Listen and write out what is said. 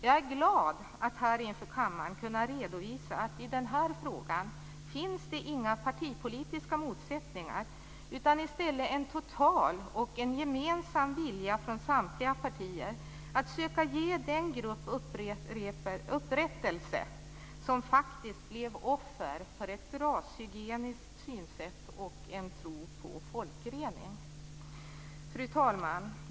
Jag är glad att här inför kammaren kunna redovisa att i den här frågan finns det inga partipolitiska motsättningar utan i stället en total och gemensam vilja från samtliga partier att söka ge den grupp upprättelse som faktiskt blev offer för ett rashygieniskt synsätt och en tro på folkrening. Fru talman!